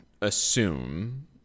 assume